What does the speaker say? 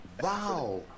Wow